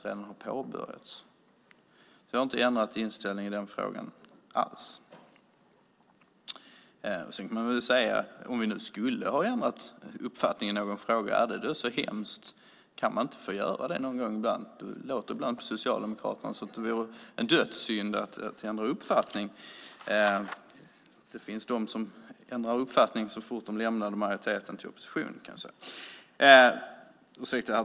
Vi har inte alls ändrat inställning i den frågan. Och om vi nu skulle ha ändrat uppfattning i någon fråga, är det så hemskt? Kan man inte få göra det någon gång ibland? Det låter ibland på Socialdemokraterna som att det vore en dödssynd att ändra uppfattning. Det finns de som ändrade uppfattning så fort de lämnade majoriteten och gick till opposition.